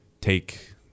take